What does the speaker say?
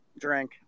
drink